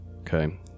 Okay